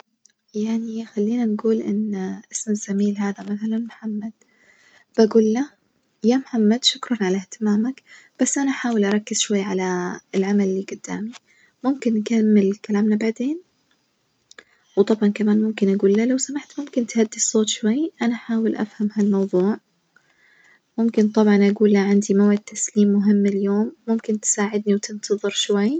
يعني خلينا نجول إن مثلًا الزميل هذا محمد بجوله يا محمد شكرًا على اهتمامك بس أنا أحاول أركز شوية على العمل اللي جدامي، ممكن نكمل كلامنا بعدين؟ وطبعًا كمان ممكن أجوله لو سمحت ممكن تهدي الصوت شوي؟ أنا أحاول أفهم هالموظوع، ممكن طبعًا أجوله عندي موعد تسليم اليوم ممكن تساعدني وتنتظر شوي؟